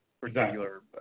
particular